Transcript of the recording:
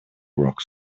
rock